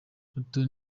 rotary